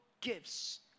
gifts